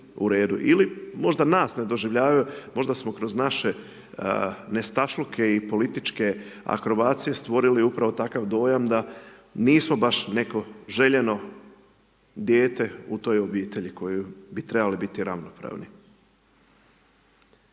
Ili možda nas ne doživljavaju, možda smo kroz naše nestašluke i političke akrobacije stvorili upravo takav dojam da nismo baš neko željeno dijete u toj obitelji u kojoj bi trebali biti ravnopravni.